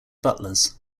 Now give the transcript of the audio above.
butlers